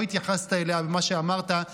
לא התייחסת אליה במה שאמרת,